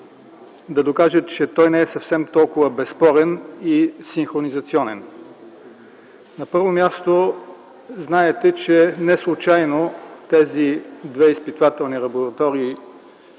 да докажем, че той не е съвсем толкова безспорен и синхронизационен. На първо място, знаете, че неслучайно тези две изпитвателни лабораторни